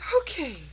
Okay